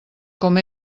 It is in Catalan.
com